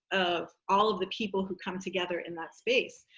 of all of the people who come together in that space,